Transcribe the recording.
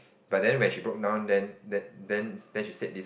but then when she book now and then then then then she said this